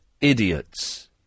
idiots